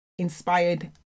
Inspired